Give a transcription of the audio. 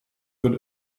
good